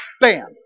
Bam